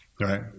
Right